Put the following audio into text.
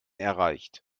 erreicht